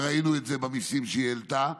וראינו את זה במיסים שהיא העלתה,